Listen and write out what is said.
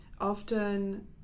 often